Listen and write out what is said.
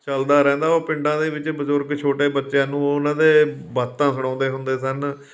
ਚੱਲਦਾ ਰਹਿੰਦਾ ਉਹ ਪਿੰਡਾਂ ਦੇ ਵਿੱਚ ਬਜ਼ੁਰਗ ਛੋਟੇ ਬੱਚਿਆਂ ਨੂੰ ਉਹਨਾਂ ਦੇ ਬਾਤਾਂ ਸੁਣਾਉਂਦੇ ਹੁੰਦੇ ਸਨ